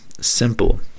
simple